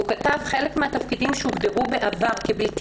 הוא כתב: "חלק מן התפקידים שהוגדרו בעבר כבלתי